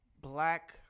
black